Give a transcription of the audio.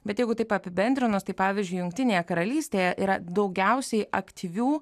bet jeigu taip apibendrinus tai pavyzdžiui jungtinėje karalystėje yra daugiausiai aktyvių